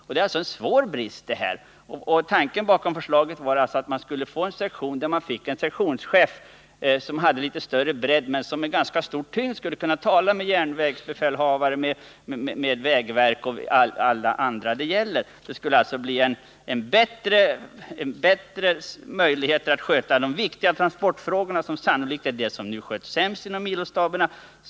Bristen är alltså svår, och tanken med förslaget var att man skulle få en sektion med en sektionschef som hade litet större bredd och som med ganska stor tyngd skulle kunna tala med järnvägsbefälhavare, med vägverk och andra som det gäller. Det skulle alltså bli bättre möjligheter att sköta de viktiga transportfrågorna, som sannolikt är de som nu sköts sämst inom milostaberna.